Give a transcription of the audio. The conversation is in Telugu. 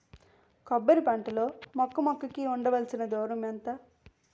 కొబ్బరి పంట లో మొక్క మొక్క కి ఉండవలసిన దూరం ఎంత